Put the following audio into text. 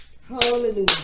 Hallelujah